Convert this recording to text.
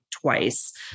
twice